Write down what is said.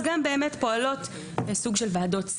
אז האם המאפיינים הייחודיים של היישוב,